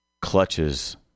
clutches